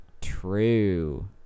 True